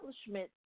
establishment